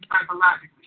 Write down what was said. psychologically